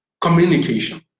communication